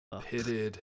Pitted